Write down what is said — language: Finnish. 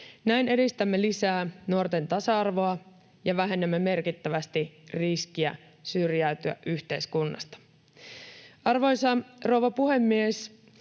Näin edistämme lisää nuorten tasa-arvoa ja vähennämme merkittävästi riskiä syrjäytyä yhteiskunnasta. Arvoisa rouva puhemies!